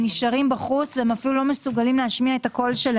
נשארים בחוץ ולא מסוגלים להשמיע את קולם.